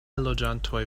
loĝantoj